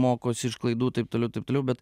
mokosi iš klaidų taip toliau taip toliau bet